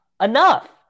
enough